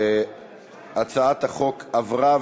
הצעת החוק עברה,